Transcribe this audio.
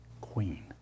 queen